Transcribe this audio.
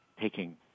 taking